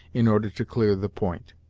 in order to clear the point.